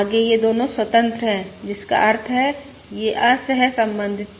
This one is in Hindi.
आगे ये दोनों स्वतंत्र हैं जिसका अर्थ है ये असहसंबंधित भी है